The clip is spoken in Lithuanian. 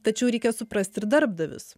tačiau reikia suprast ir darbdavius